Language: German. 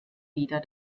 wieder